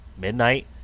midnight